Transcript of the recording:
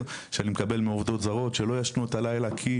שאני מקבל מעובדות זרות שלא ישנו בלילה כי,